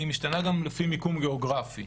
היא משתנה גם לפי מיקום גאוגרפי.